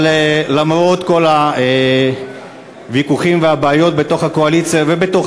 אבל למרות כל הוויכוחים והבעיות בתוך הקואליציה ובתוך